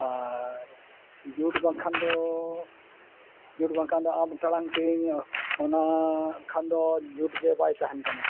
ᱟᱨ ᱡᱩᱴ ᱵᱟᱝᱠᱷᱟᱱ ᱫᱚ ᱡᱩᱴ ᱵᱟᱝᱠᱷᱟᱱ ᱫᱚ ᱟᱢ ᱴᱟᱲᱟᱝ ᱴᱤᱲᱤᱝ ᱚᱱᱟ ᱠᱷᱟᱱ ᱫᱚ ᱡᱩᱴ ᱜᱮ ᱵᱟᱭ ᱛᱟᱦᱮᱱ ᱠᱟᱱᱟ